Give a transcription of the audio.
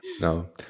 no